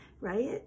right